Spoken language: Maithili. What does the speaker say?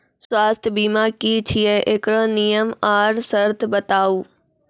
स्वास्थ्य बीमा की छियै? एकरऽ नियम आर सर्त बताऊ?